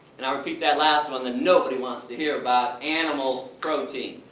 and i'll repeat that last one, that nobody wants to hear about animal protein.